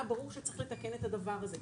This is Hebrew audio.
היה ברור שצריך לתקן את הדבר הזה.